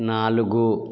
నాలుగు